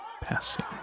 passing